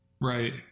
Right